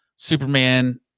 superman